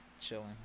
chilling